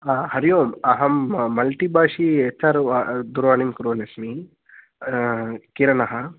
हरि ओम् अहं मल्टी भाषी हेच्चार् दूरवाणीं कुर्वन् अस्मि किरणः